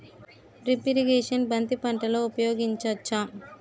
Drip irrigation బంతి పంటలో ఊపయోగించచ్చ?